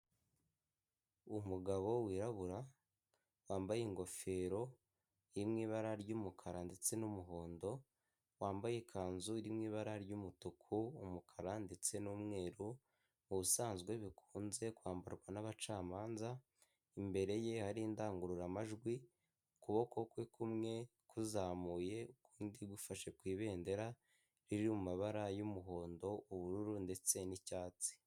Umugabo wirabura wambaye ingofero iri mu ibara ry'umukara ndetse n'umuhondo, wambaye ikanzu iri mu ibara ry'umutuku, umukara ndetse n'umweru, ubusanzwe bikunze kwambarwa n'abacamanza, imbere ye hari indangururamajwi ukuboko kwe kumwe kuzamuye ukundi gufashe ku ibendera riri mu mabara y'umuhondo, ubururu ndetse n'icyatsi.